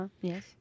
Yes